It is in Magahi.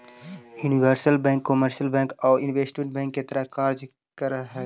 यूनिवर्सल बैंक कमर्शियल बैंक आउ इन्वेस्टमेंट बैंक के तरह कार्य कर हइ